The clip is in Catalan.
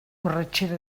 borratxera